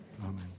Amen